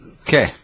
Okay